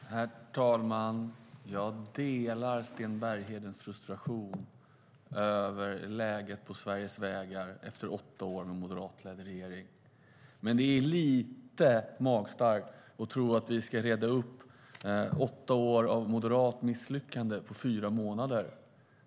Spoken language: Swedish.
Herr talman! Jag delar Sten Berghedens frustration över läget på Sveriges vägar efter åtta år med en moderatledd regering. Men det är lite magstarkt att tro att vi ska reda upp åtta år av moderat misslyckande på fyra månader.